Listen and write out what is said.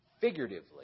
figuratively